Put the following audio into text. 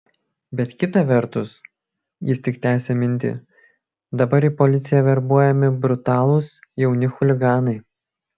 bet kita vertus jis tik tęsė mintį dabar į policiją verbuojami brutalūs jauni chuliganai